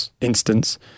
instance